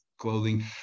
Clothing